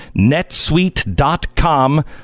NetSuite.com